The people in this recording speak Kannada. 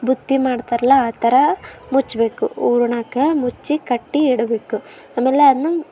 ಬುತ್ತಿ ಮಾಡ್ತಾರಲ್ಲ ಆ ಥರ ಮುಚ್ಚಬೇಕು ಹೂರ್ಣಕ್ಕ ಮುಚ್ಚಿ ಕಟ್ಟಿ ಇಡಬೇಕು ಆಮೇಲೆ ಅದನ್ನ